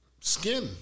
skin